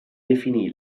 definì